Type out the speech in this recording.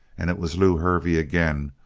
and it was lew hervey, again,